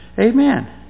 Amen